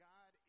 God